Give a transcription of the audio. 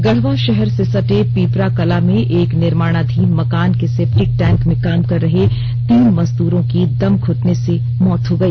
गढवा शहर से सटे पीपरा कला में एक निर्माणाधीन मकान के सैप्टिक टैंक में काम कर रहे तीन मजदूरों की दम घटने से मौत हो गई